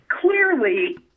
clearly